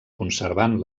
conservant